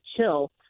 chill